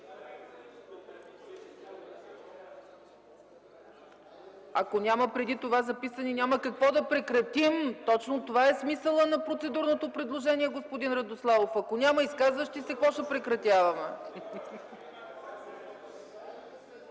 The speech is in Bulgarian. Ако няма преди това записани, няма какво да прекратим. Точно това е смисълът на процедурното предложение, господин Радославов. Ако няма изказващи се, какво ще прекратяваме?